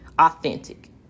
authentic